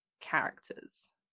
characters